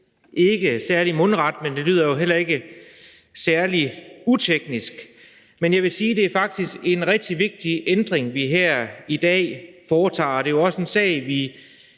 ikke særlig mundret, men det lyder heller ikke særlig teknisk. Men jeg vil sige, at det faktisk er en rigtig vigtig ændring, vi her i dag behandler, og det er jo også en sag, vi